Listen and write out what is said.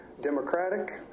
democratic